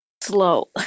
slow